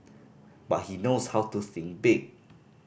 but he knows how to think big